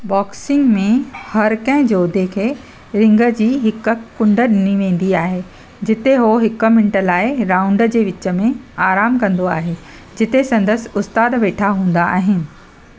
boxing में हर कंहिं जोधे खे रिंग जी हिक कुंड ॾिनी वेंदी आहे जिते हूअ हिक मिंट लाइ राउंड जे विच में आरामु कंदो आहे जिते संदसि उस्तादु वेठा हूंदा आहिनि